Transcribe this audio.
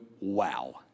wow